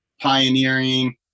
pioneering